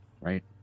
right